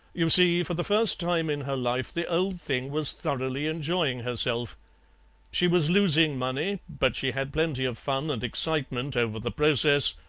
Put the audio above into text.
you see, for the first time in her life the old thing was thoroughly enjoying herself she was losing money, but she had plenty of fun and excitement over the process,